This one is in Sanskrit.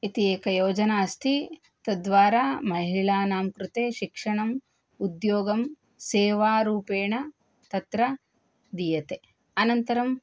इति एका योजना अस्ति तद्द्वारा महिलानां कृते शिक्षणम् उद्योगः सेवारूपेण तत्र दीयते अनन्तरं